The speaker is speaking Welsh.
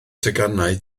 teganau